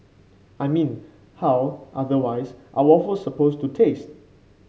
I mean how otherwise are waffle supposed to taste